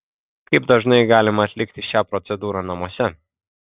kaip dažnai galima atlikti šią procedūrą namuose